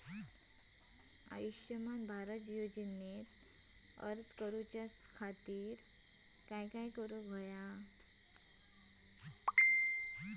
आयुष्यमान भारत योजने खातिर अर्ज करूच्या खातिर काय करुक होया?